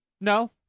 No